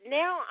now